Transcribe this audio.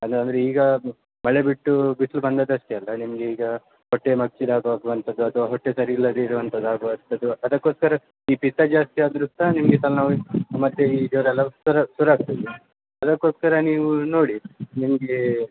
ಅದಂದ್ರೆ ಈಗಾ ಮಳೆ ಬಿಟ್ಟೂ ಬಿಸ್ಲು ಬಂದದ್ದು ಅಷ್ಟೇ ಅಲ್ಲ ನಿಮಗೀಗ ಹೊಟ್ಟೆ ಮಗ್ಚಿದಾಗೆ ಆಗುವಂಥದ್ದು ಅಥ್ವ ಹೊಟ್ಟೆ ಸರಿ ಇಲ್ಲದೆ ಇರುವಂಥದ್ ಆಗುವಂಥದು ಅದಕ್ಕೋಸ್ಕರ ಈ ಪಿತ್ತ ಜಾಸ್ತಿ ಆದರೂ ಸಹ ನಿಮಗೆ ತಲೆನೋವಿನ ಸಮಸ್ಯೆ ಈ ಜ್ವರ ಎಲ್ಲ ಶುರು ಶುರು ಆಗ್ತದೆ ಅದಕ್ಕೋಸ್ಕರ ನೀವೂ ನೋಡಿ ನಿಮಗೆ